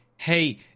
hey